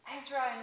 Ezra